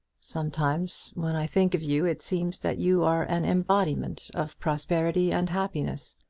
sometimes when i think of you it seems that you are an embodiment of prosperity and happiness.